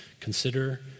Consider